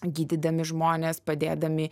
gydydami žmones padėdami